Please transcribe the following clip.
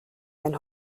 than